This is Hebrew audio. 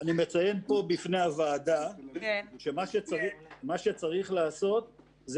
אני מציין פה בפני הוועדה שמה שצריך לעשות זה